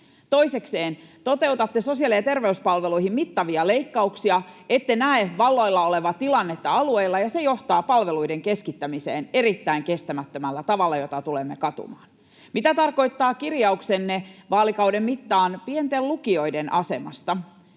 Toisekseen, toteutatte sosiaali- ja terveyspalveluihin mittavia leikkauksia. Ette näe vallalla olevaa tilannetta alueilla, ja se johtaa palveluiden keskittämiseen erittäin kestämättömällä tavalla, jota tulemme katumaan. Mitä tarkoittaa kirjauksenne vaalikauden mittaan pienten lukioiden asemasta?